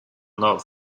love